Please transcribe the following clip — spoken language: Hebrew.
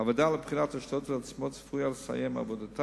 הוועדה לבחינת ההשתתפויות העצמיות צפויה לסיים את עבודתה